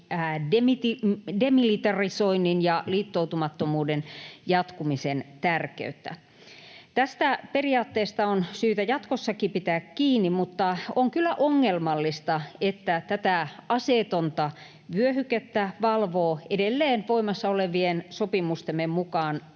demilitarisoinnin ja liittoutumattomuuden jatkumisen tärkeyttä. Tästä periaatteesta on syytä jatkossakin pitää kiinni. Mutta on kyllä ongelmallista, että tätä aseetonta vyöhykettä valvoo edelleen voimassa olevien sopimustemme mukaan